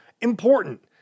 important